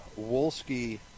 Wolski